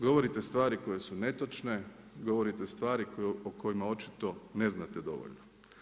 Govorite stvari koje su netočne, govorite stvari o kojima očito ne znate dovoljno.